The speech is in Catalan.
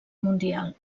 mundial